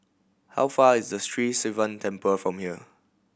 how far is Sri Sivan Temple from here